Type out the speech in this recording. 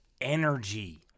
energy